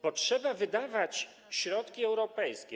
Bo trzeba wydawać środki europejskie.